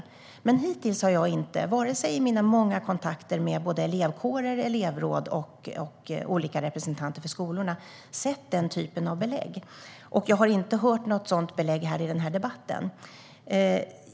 Men hittills har jag inte i mina många kontakter med både elevkårer och elevråd och med olika representanter för skolorna sett den typen av belägg. Jag har heller inte hört något sådant belägg i den här debatten.